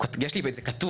יש לי את זה כתוב,